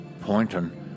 pointing